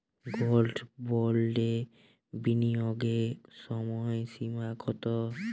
Gold বন্ডে বিনিয়োগের সময়সীমা কতো?